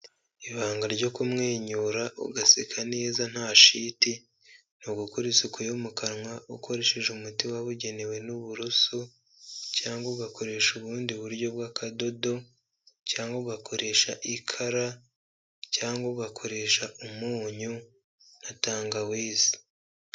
Ibanga ryo kumwenyura ugaseka neza nta shiti, ni ugukora isuku yo mu kanwa, ukoresheje umuti wabugenewe n'uburoso, cyangwa ugakoresha ubundi buryo bw'akadodo, cyangwa ugakoresha ikara, cyangwa ugakoresha umunyu na tangawizi.